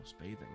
bathing